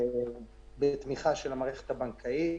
בתמיכה של המערכת הבנקאית.